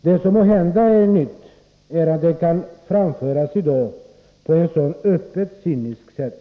Det som måhända är nytt är att dessa tankar i dag kan framföras på ett så öppet, cyniskt sätt.